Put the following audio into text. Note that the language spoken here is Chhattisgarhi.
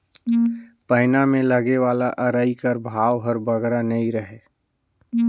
पैना मे लगे वाला अरई कर भाव हर बगरा नी रहें